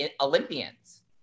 olympians